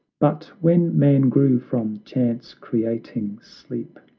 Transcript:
but when man grew from chance-creating sleep,